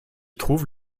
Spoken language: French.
trouve